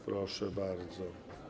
Proszę bardzo.